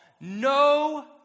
no